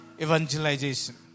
evangelization